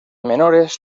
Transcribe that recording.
menores